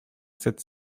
sept